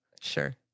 Sure